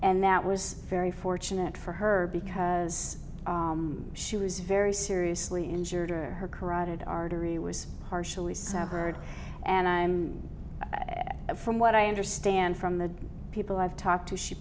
and that was very fortunate for her because she was very seriously injured or her carotid artery was partially so i heard and i'm from what i understand from the people i've talked